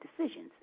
decisions